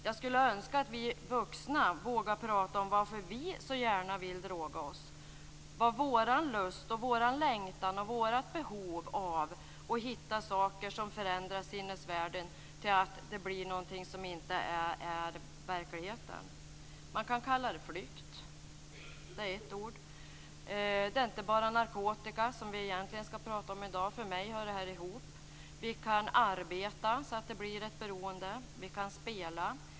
Jag skulle önska att vi vuxna vågade prata om varför vi så gärna vill droga oss, om vår lust, längtan och behov av att hitta saker som förändrar sinnevärlden till att bli något som inte är verklighet. Det går att kalla det för flykt. Det är inte bara fråga om det vi skall prata om i dag, nämligen narkotika. Vi kan arbeta så att det blir ett beroende. Vi kan spela.